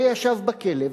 וישב בכלא,